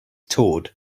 toured